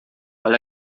weil